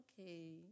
okay